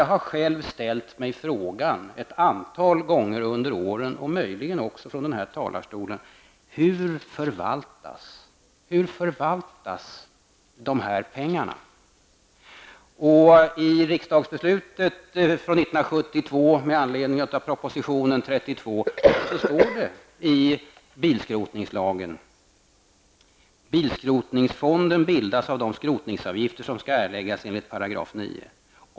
Jag har själv frågat mig ett antal gånger under de här åren, och jag har nog också ställt frågan i talarstolen: Hur förvaltas de här pengarna?